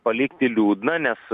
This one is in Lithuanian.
palikti liūdna nes